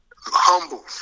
Humble